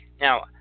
Now